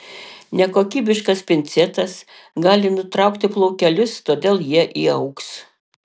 nekokybiškas pincetas gali nutraukti plaukelius todėl jie įaugs